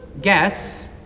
guess